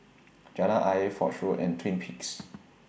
Jalan Ayer Foch Road and Twin Peaks